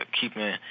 keeping